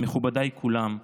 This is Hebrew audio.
מכובדיי כולם,